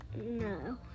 No